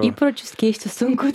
įpročius keisti sunku